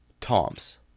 Tom's